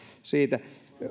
siitä